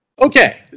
Okay